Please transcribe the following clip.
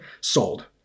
sold